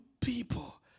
people